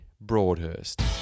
Broadhurst